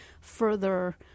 further